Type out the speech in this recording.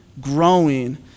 growing